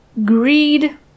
Greed